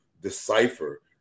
decipher